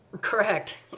Correct